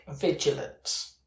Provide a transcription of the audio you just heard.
vigilance